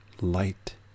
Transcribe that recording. Light